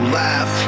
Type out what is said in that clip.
laugh